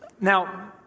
Now